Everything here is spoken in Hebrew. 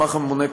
הממונה,